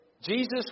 Jesus